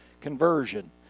conversion